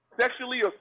sexually